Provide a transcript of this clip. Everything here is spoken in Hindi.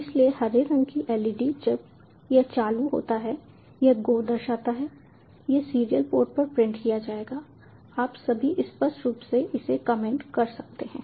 इसलिए हरे रंग की LED जब यह चालू होता है यह गो दर्शाता है यह सीरियल पोर्ट पर प्रिंट किया जाएगा आप सभी स्पष्ट रूप से इसे कमेंट कर सकते हैं